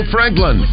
Franklin